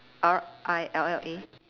R I L L A